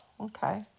okay